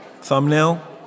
Thumbnail